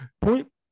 point